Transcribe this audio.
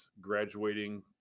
graduating